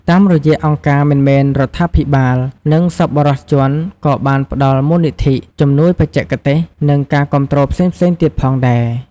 តាមរយៈអង្គការមិនមែនរដ្ឋាភិបាល និងសប្បុរសជនក៏បានផ្ដល់ មូលនិធិ ជំនួយបច្ចេកទេស និង ការគាំទ្រផ្សេងៗទៀតផងដែរ។